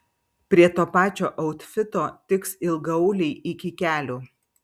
prie to pačio autfito tiks ilgaauliai iki kelių